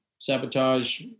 sabotage